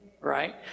right